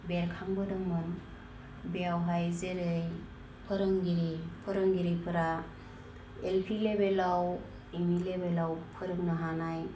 बेरखांबोदोंमोन बेयावहाय जेरै फोरोंगिरि फोरोंगिरिफोरा एल पि लेबेलाव एम इ लेबेलाव फोरोंनो हानाय